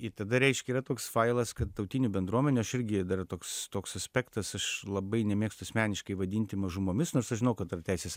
ir tada reiškia yra toks failas kad tautinių bendruomenių aš irgi dar toks toks aspektas aš labai nemėgstu asmeniškai vadinti mažumomis nors aš žinau kad ir teisės